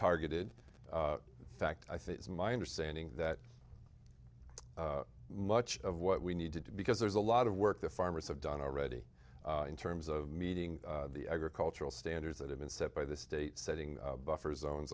targeted fact i think it's my understanding that much of what we need to do because there's a lot of work the farmers have done already in terms of meeting the agricultural standards that have been set by the state setting buffer zones